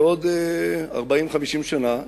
בעוד 40 50 שנה,